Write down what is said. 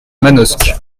manosque